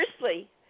Firstly